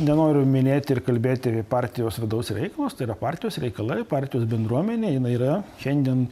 nenoriu minėti ir kalbėti partijos vidaus reikalus tai yra partijos reikalai partijos bendruomenė jinai yra šiandien